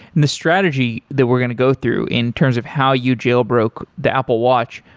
and the strategy that we're going to go through in terms of how you jailbroke the apple watch,